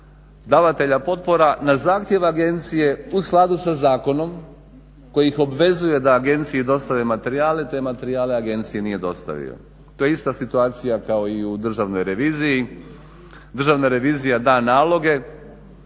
davatelja potpora na zahtjev agencije u skladu sa zakonom koji ih obvezuje da agenciji dostave materijale, te materijale agenciji nije dostavio. To je ista situacija kao i u Državnoj reviziji. Državna revizija da naloge